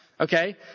okay